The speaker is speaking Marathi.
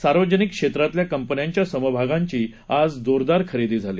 सार्वजनिक क्षेत्रातल्या कंपन्यांच्या समभागांची आज जोरदार खरेदी झाली